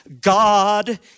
God